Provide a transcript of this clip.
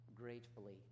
gratefully